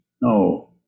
No